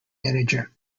manager